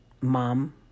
mom